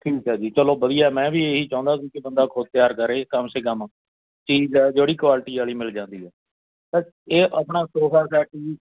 ਠੀਕ ਆ ਜੀ ਚੱਲੋ ਵਧੀਆ ਮੈਂ ਵੀ ਇਹ ਹੀ ਚਾਹੁੰਦਾ ਸੀ ਕਿ ਬੰਦਾ ਖੁਦ ਤਿਆਰ ਕਰੇ ਕਮ ਸੇ ਕਮ ਚੀਜ਼ ਹੈ ਜਿਹੜੀ ਕੁਆਲਿਟੀ ਵਾਲੀ ਮਿਲ ਜਾਂਦੀ ਹੈ ਬਟ ਇਹ ਆਪਣਾ ਸੋਫਾ ਸੈੱਟ ਜੀ